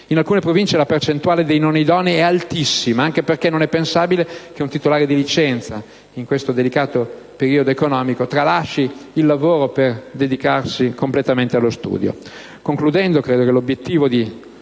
in alcune province la percentuale dei non idonei è altissima, anche perché non è pensabile che un titolare di licenza, in questo delicato periodo economico, tralasci il lavoro per dedicarsi completamente allo studio.